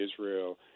Israel